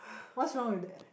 what's wrong with that